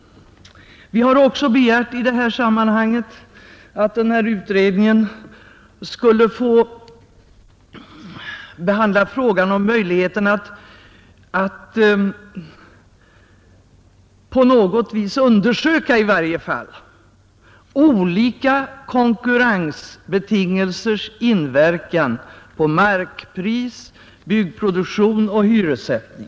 Vi har också i detta sammanhang begärt att utredningen skulle få behandla frågan om möjligheterna att på något sätt undersöka olika konkurrensbetingelsers inverkan på markpris, byggproduktion och hyressättning.